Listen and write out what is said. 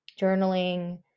journaling